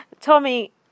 Tommy